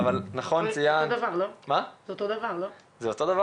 אכן משרד הבריאות עומל קשה